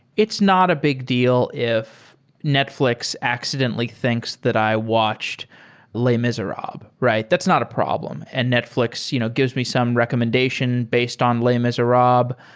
it's not a big deal if netfl ix accidentally thinks that i watched les miserables, right? that's not a problem, and netfl ix you know gives me some recommendation based on les miserables.